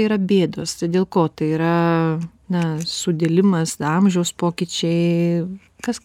yra bėdos dėl ko tai yra na sudilimas amžiaus pokyčiai kas